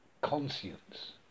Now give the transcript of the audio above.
conscience